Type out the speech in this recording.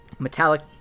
metallic